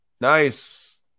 Nice